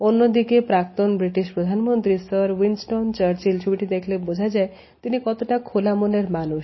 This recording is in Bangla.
অন্যদিকেপ্রাক্তন ব্রিটিশ প্রধানমন্ত্রী Sir Winston Churchillছবিটি দেখলেই বুঝা যায় তিনি কতটা খোলা মনের মানুষ